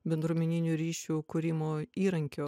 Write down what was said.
bendruomeninių ryšių kūrimo